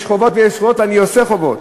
יש חובות ויש זכויות, ואני עושה חובות.